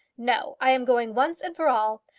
no i am going once and for all.